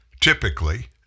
typically –